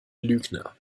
lügner